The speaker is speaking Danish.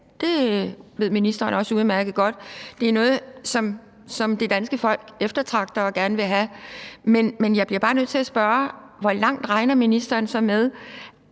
det ved ministeren også udmærket godt. Det er noget, som er eftertragtet hos det danske folk og som de gerne vil have. Men jeg bliver bare nødt til at spørge: Hvad regner ministeren så med?